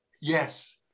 Yes